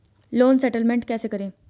Loan settlement कैसे करें?